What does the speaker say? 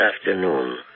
afternoon